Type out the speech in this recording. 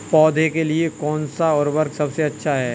पौधों के लिए कौन सा उर्वरक सबसे अच्छा है?